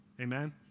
Amen